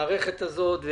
למערכת הזאת.